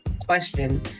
question